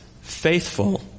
faithful